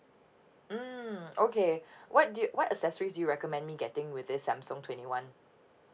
mm okay what do y~ what accessories do you recommend me getting with this Samsung twenty one